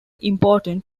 important